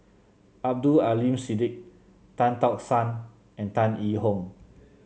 Abdul Aleem Siddique Tan Tock San and Tan Yee Hong